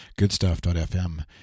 goodstuff.fm